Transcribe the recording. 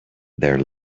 their